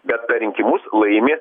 bet per rinkimus laimi